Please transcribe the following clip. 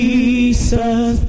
Jesus